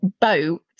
boat